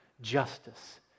justice